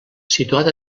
situat